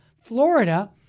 Florida